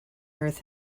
earth